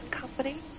Company